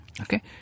Okay